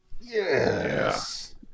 Yes